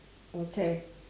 okay